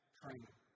training